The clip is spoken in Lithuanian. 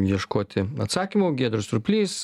ieškoti atsakymų giedrius surplys